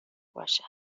باشه